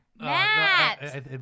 Matt